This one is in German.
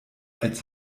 als